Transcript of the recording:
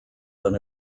than